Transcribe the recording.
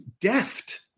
deft